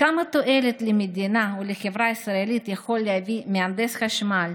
כמה תועלת למדינה ולחברה הישראלית יכול להביא מהנדס חשמל?